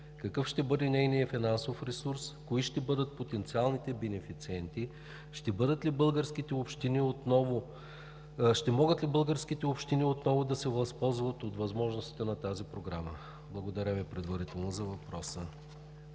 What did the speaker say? какъв ще бъде нейният финансов ресурс и кои ще бъдат потенциалните бенефициенти; ще могат ли българските общини отново да се възползват от възможностите на тази програма? Благодаря Ви.